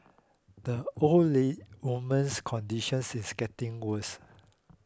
the oldly woman's conditions is getting worse